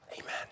Amen